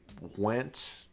went